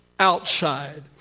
Outside